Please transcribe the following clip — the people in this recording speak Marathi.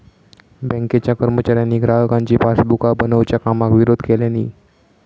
बँकेच्या कर्मचाऱ्यांनी ग्राहकांची पासबुका बनवच्या कामाक विरोध केल्यानी